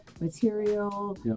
material